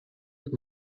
and